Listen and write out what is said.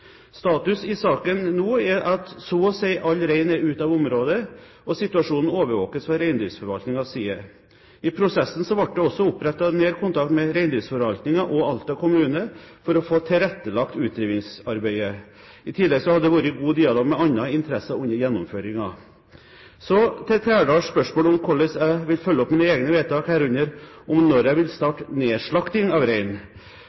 Status i saken nå er at så å si all rein er ute av området, og situasjonen overvåkes fra Reindriftsforvaltningens side. I prosessen ble det også opprettet nær kontakt mellom Reindriftsforvaltningen og Alta kommune for å få tilrettelagt utdrivingsarbeidet. I tillegg har det vært god dialog med andre interesser under gjennomføringen. Så til Trældals spørsmål om hvordan jeg vil følge opp mine egne vedtak, herunder når jeg vil starte nedslakting av rein.